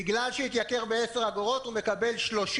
בגלל שהתייקר ב-10 אגורות, הוא מקבל 30,